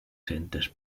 centes